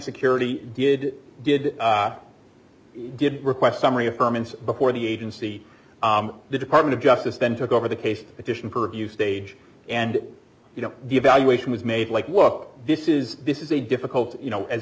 security did did did request summary of permits before the agency the department of justice then took over the case addition per view stage and you know the evaluation was made like walk this is this is a difficult you know as